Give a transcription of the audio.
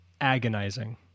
agonizing